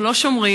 אנחנו לא שומרים,